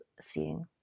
seeing